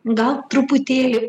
gal truputėlį